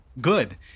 Good